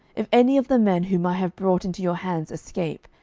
if any of the men whom i have brought into your hands escape,